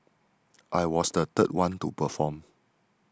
I was the third one to perform